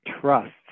trust